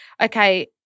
Okay